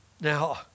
Now